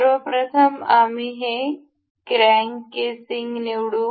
सर्व प्रथम आम्ही हे क्रॅंक केसिंग निवडू